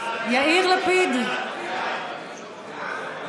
בעד לימור מגן תלם,